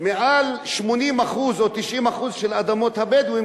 מעל 80% או 90% של אדמות הבדואים,